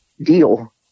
deal